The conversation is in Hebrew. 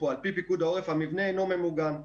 על פי פיקוד העורף המבנה אינו ממוגן.